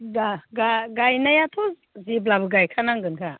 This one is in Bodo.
दा गायनायाथ' जेब्लाबो गायखानांगोन खा